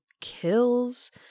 kills